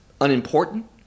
unimportant